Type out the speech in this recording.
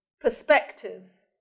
perspectives